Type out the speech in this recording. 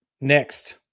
Next